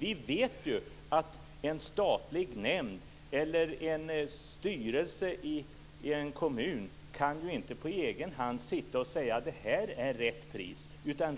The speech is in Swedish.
Vi vet ju att en statlig nämnd eller en styrelse i en kommun inte på egen hand kan säga: Det här är rätt pris.